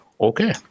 Okay